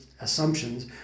assumptions